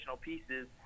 pieces